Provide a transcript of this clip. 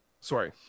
Sorry